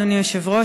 אדוני היושב-ראש,